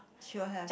she was has